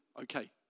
okay